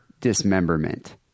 dismemberment